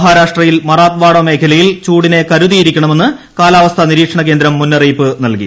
മഹാരാഷ്ട്രയിൽ മറാത്ത്വാഡ മേഖലയിൽ ചൂടിനെ കരുതിയിരിക്കണമെന്ന് കാലാവസ്ഥാ നിരീക്ഷണകേന്ദ്രം മുന്നറിയിപ്പ് നൽകി